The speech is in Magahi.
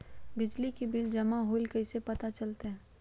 बिजली के बिल जमा होईल ई कैसे पता चलतै?